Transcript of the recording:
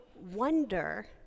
wonder